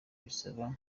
bisaba